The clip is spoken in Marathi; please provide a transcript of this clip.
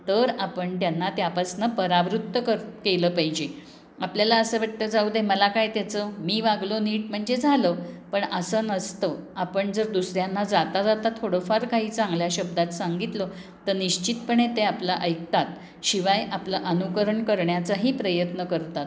तर आपण त्यांना त्यापासून परावृत्त कर केलं पाहिजे आपल्याला असं वाटतं जाऊ दे मला काय त्याचं मी वागलो नीट म्हणजे झालं पण असं नसतं आपण जर दुसऱ्यांना जाता जाता थोडं फार काही चांगल्या शब्दात सांगितलं तर निश्चितपणे ते आपलं ऐकतात शिवाय आपलं अनुकरण करण्याचाही प्रयत्न करतात